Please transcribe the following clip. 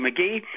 mcgee